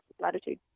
latitude